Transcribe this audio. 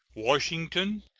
washington,